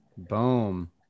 Boom